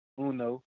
uno